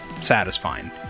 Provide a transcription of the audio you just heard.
satisfying